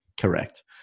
Correct